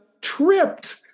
tripped